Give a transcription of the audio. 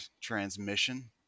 transmission